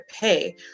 pay